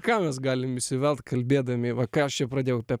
ką mes galime įsiveltikalbėdami va ką aš pradėjau apie